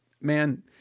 man